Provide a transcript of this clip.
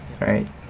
right